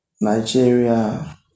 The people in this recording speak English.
Nigeria